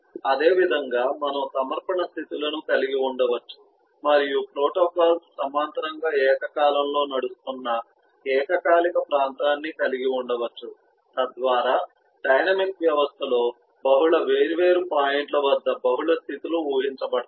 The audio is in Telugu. అదేవిధంగా మనం సమర్పణ స్థితులను కలిగి ఉండవచ్చు మరియు ప్రోటోకాల్స్ సమాంతరంగా ఏకకాలంలో నడుస్తున్న ఏకకాలిక ప్రాంతాన్ని కలిగి ఉండవచ్చు తద్వారా డైనమిక్ వ్యవస్థలో బహుళ వేర్వేరు పాయింట్ల వద్ద బహుళ స్థితి లు ఊహించబడతాయి